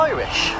Irish